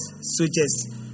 switches